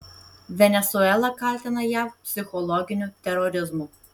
venesuela kaltina jav psichologiniu terorizmu